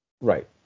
Right